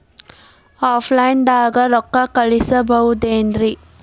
Offline ದಾಗ ರೊಕ್ಕ ಕಳಸಬಹುದೇನ್ರಿ?